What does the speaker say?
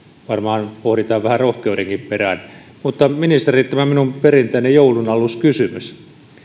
varmaan pohditaan vähän rohkeudenkin perään mutta ministeri tämä minun perinteinen joulunaluskysymykseni